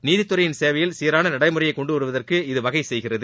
நீதித்துறையின் சேவையில் சீரான நடைமுறையை கொண்டு வருவதற்கும் இது வகை செய்கிறது